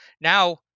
now